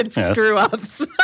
screw-ups